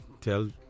tell